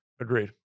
Agreed